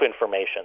information